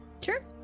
sure